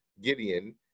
Gideon